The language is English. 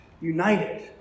united